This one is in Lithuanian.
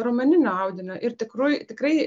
raumeninio audinio ir tikrųjų tikrai